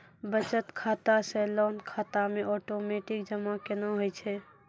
बचत खाता से लोन खाता मे ओटोमेटिक जमा केना होय छै?